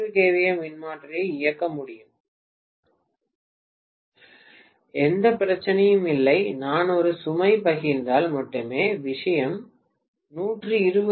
ஏ மின்மாற்றியை இயக்க முடியும் எந்த பிரச்சனையும் இல்லை நான் ஒரு சுமை பகிர்ந்தால் மட்டுமே விஷயம் 120 கே